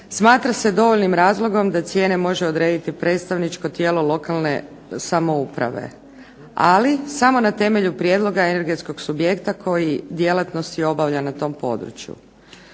smatra se dovoljnim razlogom da cijene može odrediti predstavničko tijelo lokalne samouprave, ali samo na temelju prijedloga energetskog subjekta koji djelatnosti obavlja na tom području.